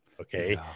Okay